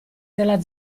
nella